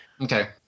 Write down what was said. Okay